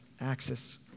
axis